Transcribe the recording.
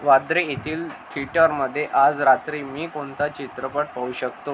वाद्रे येथील थेटरमध्ये आज रात्री मी कोणता चित्रपट पाहू शकतो